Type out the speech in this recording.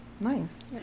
Nice